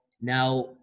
now